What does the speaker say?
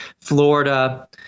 Florida